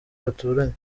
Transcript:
baturanye